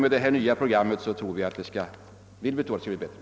Med det nya programmet vill vi gärna tro att servicen skall bli bättre.